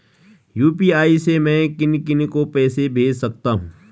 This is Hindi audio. यु.पी.आई से मैं किन किन को पैसे भेज सकता हूँ?